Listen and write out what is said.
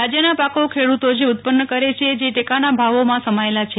રાજ્યના પાકો ખેડૂતો જે ઉત્પન્ન કરે છે જે ટેકાના ભાવોમાં સમાયેલા છે